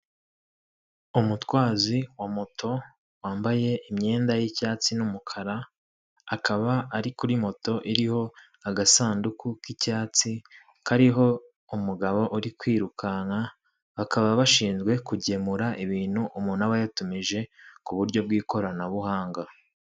Umutwazi wa moto wambaye imyenda y'icyatsi n'umukara, akaba ari kuri moto iriho agasanduku k'icyatsi kariho umugabo uri kwirukanka, bakaba bashinzwe kugemura ibintu umuntu aba yatumije ku buryo bw'ikoranabuhanga.